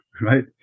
right